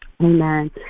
Amen